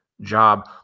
job